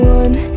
one